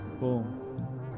Boom